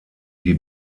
die